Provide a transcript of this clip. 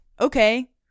okay